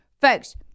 folks